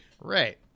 right